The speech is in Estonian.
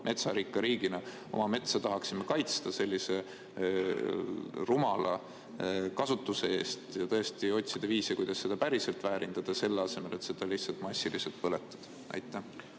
metsarikka riigina tahaks oma metsa kaitsta sellise rumala kasutuse eest ja otsida viise, kuidas seda päriselt väärindada, selle asemel et seda lihtsalt massiliselt põletada. Aitäh!